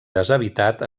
deshabitat